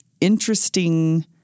interesting